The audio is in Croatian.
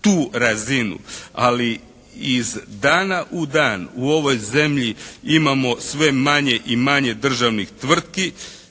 tu razinu. Ali, iz dana u dan, u ovoj zemlji imamo sve manje i manje državnih tvrtki